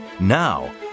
Now